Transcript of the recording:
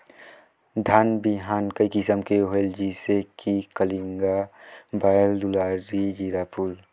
धान बिहान कई किसम के होयल जिसे कि कलिंगा, बाएल दुलारी, जीराफुल?